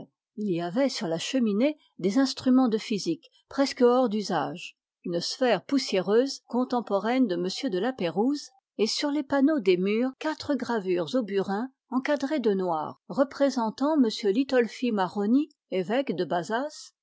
il y avait sur la cheminée des instruments de physique hors d'usage une sphère poussiéreuse contemporaine de m de la pérouse et sur les panneaux des murs quatre gravures au burin encadrées de noir représentant m litolphi maroni évêque de bazas